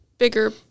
Bigger